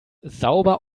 sauber